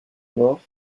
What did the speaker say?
mort